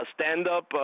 stand-up